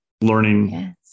learning